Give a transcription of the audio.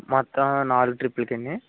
మొత్తం నాలుగు ట్రిప్ లకు అని